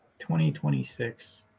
2026